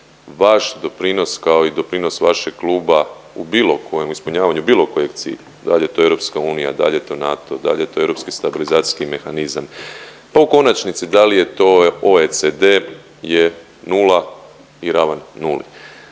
Vaš doprinos kao i doprinos vašeg kluba u bilo kojem u ispunjavanju bilo kojeg cilja dal je to EU, dal je to NATO, dal je to europski stabilizacijski mehanizam, pa u konačnici da li je to OECD je nula i ravan nuli